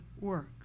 works